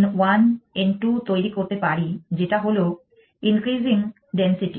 n 1 n 2 তৈরি করতে পারিযেটা হল ইনক্রিজিং ডেনসিটি